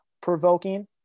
provoking